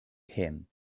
him